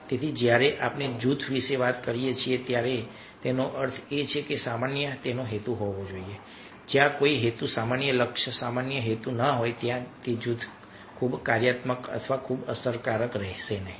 તેથી જ્યારે આપણે જૂથ વિશે વાત કરીએ છીએ તેનો અર્થ એ છે કે એક સામાન્ય હેતુ હોવો જોઈએ જો ત્યાં કોઈ હેતુ સામાન્ય લક્ષ્ય સામાન્ય હેતુ ન હોય તો જૂથ ખૂબ કાર્યાત્મક અથવા ખૂબ અસરકારક રહેશે નહીં